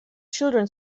children